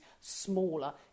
smaller